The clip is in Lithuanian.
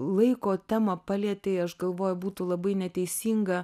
laiko temą palietei aš galvoju būtų labai neteisinga